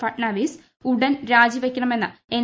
ഫട്നാവിസ് ഉടൻ രാജി വയ്ക്കണമെന്ന് എൻ